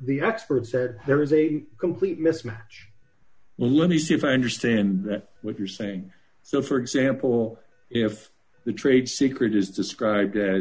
the expert said there is a complete mismatch let me see if i understand what you're saying so for example if the trade secret is described as